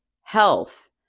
health